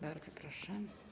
Bardzo proszę.